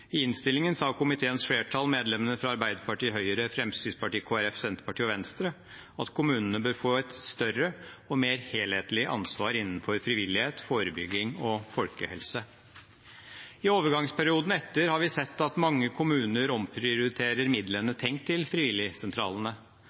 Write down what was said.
I innstillingen sa komiteens flertall, medlemmene fra Arbeiderpartiet, Høyre, Fremskrittspartiet, Kristelig Folkeparti, Senterpartiet og Venstre, at «kommunene bør få et større og mer helhetlig ansvar innenfor frivillighet, forebygging og folkehelse». I overgangsperioden etter har vi sett at mange kommuner omprioriterer midlene tenkt til frivilligsentralene.